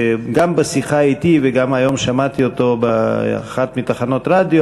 גם בשיחה אתי וגם היום שמעתי באחת מתחנות הרדיו